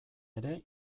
ere